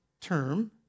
term